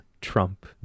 Trump